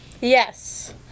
Yes